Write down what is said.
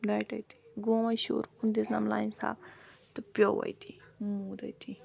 رَٹہِ أتی گوٚو وۄنۍ شُر اُکُن دِژنَم لَنجہِ تَھپھ تہٕ پیٚو أتی موٗد أتی